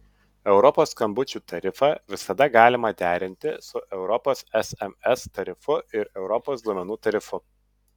europos skambučių tarifą visada galima derinti su europos sms tarifu ir europos duomenų tarifu